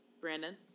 Brandon